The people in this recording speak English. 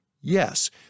Yes